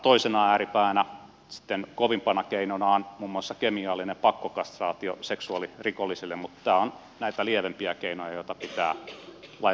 toisena ääripäänä sitten kovimpana keinona on muun muassa kemiallinen pakkokastraatio seksuaalirikollisille mutta tämä on näitä lievempiä keinoja joita pitää lainsäädäntöön tehdä